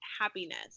happiness